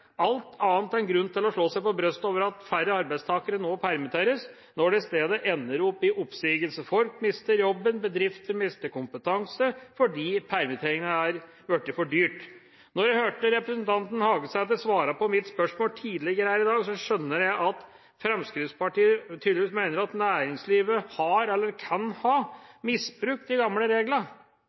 alt annet en grunn til å slå seg på brystet over at færre arbeidstakere nå permitteres, når det i stedet ender opp i oppsigelse. Folk mister jobben, og bedrifter mister kompetanse, fordi permitteringer er blitt for dyrt. Da jeg hørte representanten Hagesæters svar på mitt spørsmål tidligere her i dag, skjønte jeg at Fremskrittspartiet tydeligvis mener at næringslivet har eller kan ha misbrukt de gamle